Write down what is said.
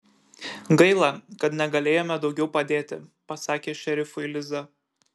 gaila kad negalėjome daugiau padėti pasakė šerifui liza